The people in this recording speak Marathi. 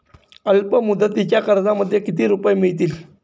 अल्पमुदतीच्या कर्जामध्ये किती रुपये मिळतील?